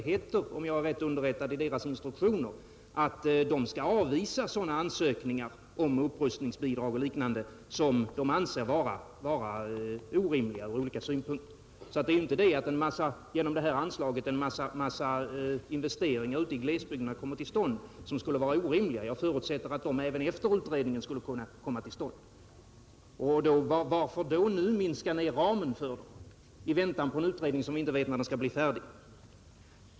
Om jag är rätt underrättad heter det i kommerskollegii instruktioner att man skall avvisa ansökningar om upprustningsbidrag och liknande som anses vara orimliga från olika synpunkter. Vårt förslag innebär således inte att en massa orimliga investeringar ute i glesbygderna skulle komma till stånd. Jag förutsätter att dessa investeringar även efter utredningen skulle kunna komma till stånd. Varför skall man nu minska ned ramen i väntan på en utredning som man inte vet när den kan bli färdig?